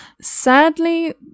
Sadly